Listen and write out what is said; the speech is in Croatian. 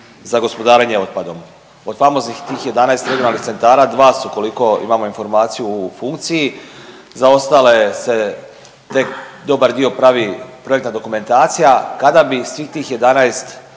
za gospodarenje otpadom. Od famoznih tih 11 regionalnih centara 2 su koliko imamo informaciju u funkciji, za ostale se tek dobar dio pravi projektna dokumentacija. Kada bi svih tih 11